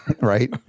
right